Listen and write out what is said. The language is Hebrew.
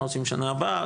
מה עושים שנה הבאה,